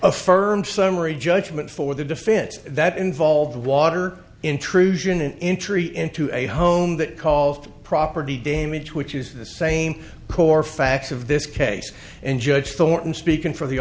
affirmed summary judgment for the defense that involved water intrusion an entry into a home that call for property damage which is the same core facts of this case and judge thornton speaking for the